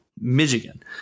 Michigan